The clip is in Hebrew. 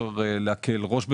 אי-אפשר להקל בזה ראש.